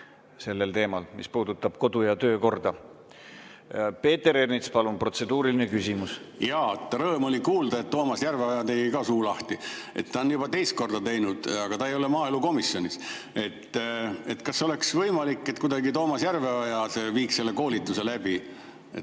sellel teemal, mis puudutab kodu‑ ja töökorda. Peeter Ernits, palun, protseduuriline küsimus! Rõõm oli kuulda, et Toomas Järveoja tegi ka suu lahti, ta on seda juba teist korda teinud. Aga ta ei ole maaelukomisjonis. Kas oleks võimalik, et kuidagi Toomas Järveoja viiks selle koolituse läbi?